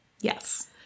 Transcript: Yes